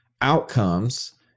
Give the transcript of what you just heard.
outcomes